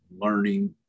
learning